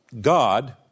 God